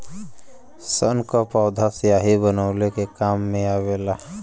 सन क पौधा स्याही बनवले के काम मे आवेला